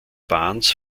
barnes